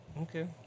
Okay